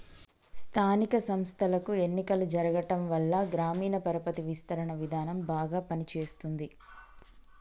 స్థానిక సంస్థలకు ఎన్నికలు జరగటంవల్ల గ్రామీణ పరపతి విస్తరణ విధానం బాగా పని చేస్తుంది